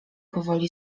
powoli